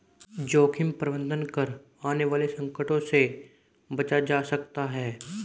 जोखिम प्रबंधन कर आने वाले संकटों से बचा जा सकता है